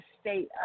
state